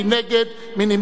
מי נגד?